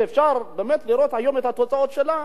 שאפשר באמת לראות היום את התוצאות שלה,